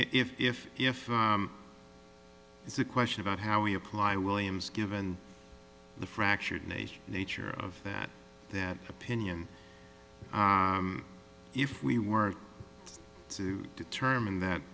if if if it's a question about how we apply williams given the fractured nature nature of that that opinion if we were to determine that